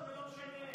לא, זה לא משנה.